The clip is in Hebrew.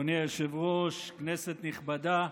אדוני היושב-ראש, כנסת נכבדה,